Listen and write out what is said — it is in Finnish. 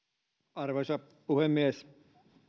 arvoisa puhemies